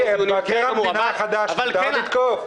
את מבקר המדינה החדש אפשר לתקוף?